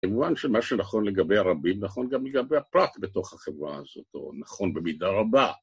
במובן שמה שנכון לגבי הרבים, נכון גם לגבי הפרט בתוך החברה הזאת, או נכון במידה רבה.